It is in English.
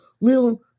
little